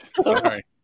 Sorry